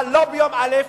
אבל לא ביום א',